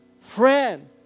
friend